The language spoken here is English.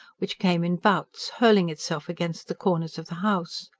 which came in bouts, hurling itself against the corners of the house.